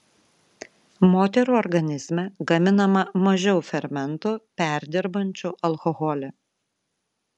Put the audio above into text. moterų organizme gaminama mažiau fermentų perdirbančių alkoholį